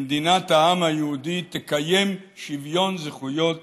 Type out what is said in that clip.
שמדינת העם היהודי תקיים שוויון זכויות